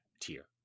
tier